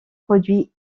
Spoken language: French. produits